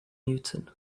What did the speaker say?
newton